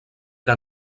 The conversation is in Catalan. que